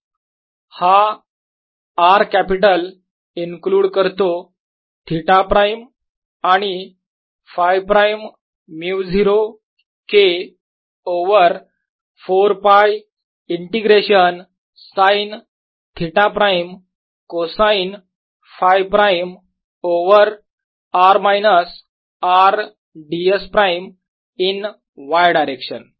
हा R capital include करतो theta prime आणि Φ prime μ0 K over 4 π integration sine theta prime cosine Φ prime over r minus R ds prime in y direction